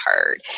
heard